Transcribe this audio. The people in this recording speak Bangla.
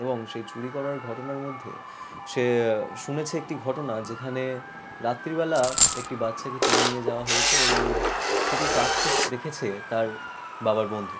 এবং সেই চুরি করার ঘটনার মধ্যে সে শুনেছে একটি ঘটনা যেখানে রাত্রিবেলা একটি বাচ্চাকে তুলে নিয়ে যাওয়া হয়েছে এবং সেটি চাক্ষুষ দেখেছে তার বাবার বন্ধু